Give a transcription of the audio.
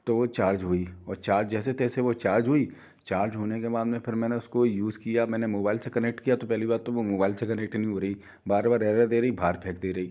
तो वो चार्ज हुई औ चार्ज जैसे तैसे वो चार्ज हुई चार्ज होने के बाद में मैंने उसको यूस किया मैंने मुबैल से कनेक्ट किया तो पहली बात तो वो मोबैल से कनेक्ट ही नहीं हो रही बार बार एरर दे रही बाहर फेंक दे रही